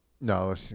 No